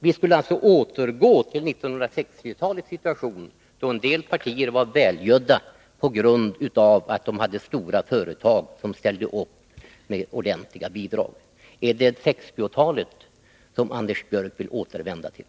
Vi skulle alltså återgå till 1960-talets situation, då en del partier var välgödda på grund av att stora företag ställde upp med ordentliga bidrag till dem. Är det 1960-talet som Anders Björck vill återvända till?